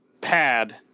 pad